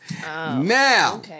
Now